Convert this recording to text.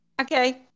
Okay